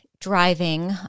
driving